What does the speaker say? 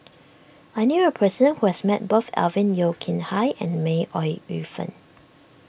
I knew a person who has met both Alvin Yeo Khirn Hai and May Ooi Yu Fen